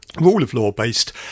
rule-of-law-based